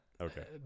Okay